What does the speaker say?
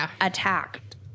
attacked